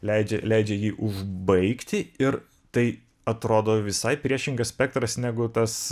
leidžia leidžia jį užbaigti ir tai atrodo visai priešingas spektras negu tas